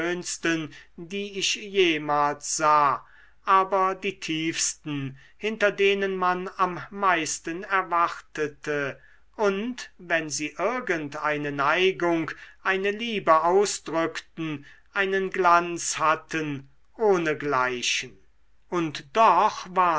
die ich jemals sah aber die tiefsten hinter denen man am meisten erwartete und wenn sie irgend eine neigung eine liebe ausdrückten einen glanz hatten ohnegleichen und doch war